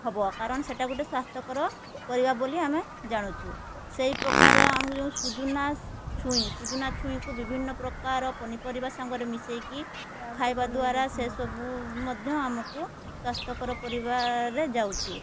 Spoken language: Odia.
ହେବ କାରଣ ସେଇଟା ଗୋଟେ ସ୍ୱାସ୍ଥ୍ୟକର ପରିବା ବୋଲି ଆମେ ଜାଣୁଛୁ ସେଇ ପ୍ରକାର ଆମକୁ ଯେଉଁ ସଜନା ଛୁଇଁ ସଜନା ଛୁଇଁକୁ ବିଭିନ୍ନ ପ୍ରକାର ପନିପରିବା ସାଙ୍ଗରେ ମିଶାଇକି ଖାଇବା ଦ୍ଵାରା ସେସବୁ ମଧ୍ୟ ଆମକୁ ସ୍ୱାସ୍ଥ୍ୟକର ପରିବାରେ ଯାଉଛି